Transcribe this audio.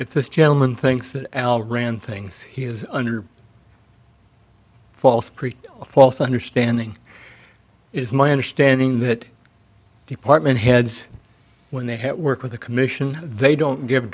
if this gentleman thinks that al ran things he was under false pretense false understanding is my understanding that department heads when they have worked with the commission they don't give